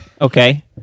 okay